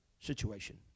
situation